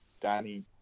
Danny